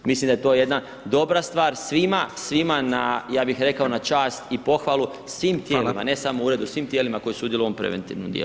Mislim da je to jedna dobra stvar svima, svima ja bih rekao na čast i pohvalu, svim tijelima ne samo uredu, svim tijelima koji sudjeluju u ovom preventivnom dijelu.